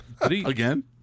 Again